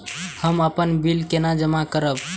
हम अपन बिल केना जमा करब?